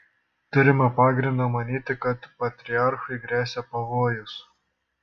turime pagrindo manyti kad patriarchui gresia pavojus